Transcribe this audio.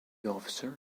officer